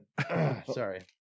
sorry